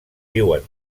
viuen